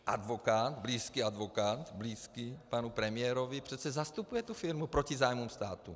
Váš advokát, blízký advokát, blízký panu premiérovi, přece zastupuje tu firmu proti zájmům státu.